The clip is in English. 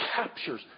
captures